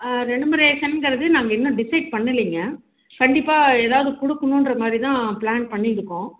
ஆ ரெனுமேரேசன்ங்கிறது நாங்கள் இன்னும் டிசைட் பண்ணலைங்க கண்டிப்பாக எதாவது கொடுக்கணுங்குற மாதிரி தான் பிளான் பண்ணி இருக்கோம்